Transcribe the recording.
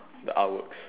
the artworks